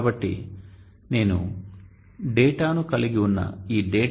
కాబట్టి నేను డేటాను కలిగి ఉన్న ఈ DATA